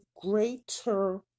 greater